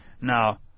Now